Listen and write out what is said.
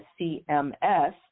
CMS